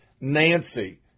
Nancy